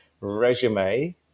resume